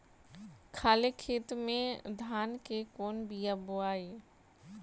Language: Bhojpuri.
खाले खेत में धान के कौन बीया बोआई?